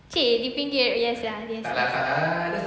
!chey! dipinggir yes ya yes ya